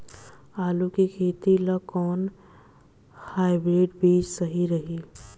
आलू के खेती ला कोवन हाइब्रिड बीज सही रही?